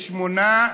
הוראת שעה),